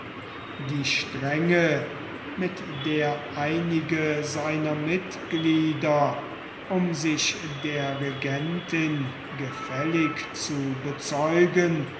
die strenge mit der einige seiner mitglieder um sich der regentin gefällig zu bezeigen